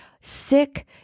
sick